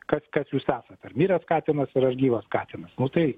kas kas jūs esat ar miręs katinas ar aš gyvas katinas nu tai